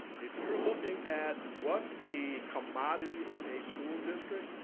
if you're looking at what's the commodity of a school district,